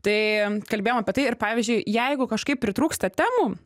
tai kalbėjom apie tai ir pavyzdžiui jeigu kažkaip pritrūksta temų